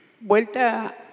Vuelta